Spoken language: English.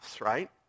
right